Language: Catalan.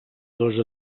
dos